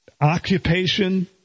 occupation